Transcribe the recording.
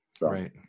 Right